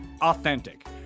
authentic